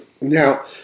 Now